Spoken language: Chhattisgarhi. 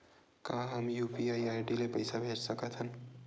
का हम यू.पी.आई आई.डी ले पईसा भेज सकथन?